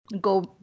go